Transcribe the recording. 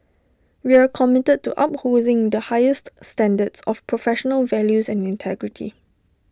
we are committed to upholding the highest standards of professional values and integrity